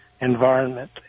environment